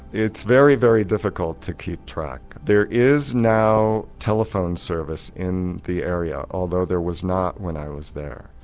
it's very, very difficult to keep track. there is now a telephone service in the area although there was not when i was there.